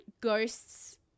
ghosts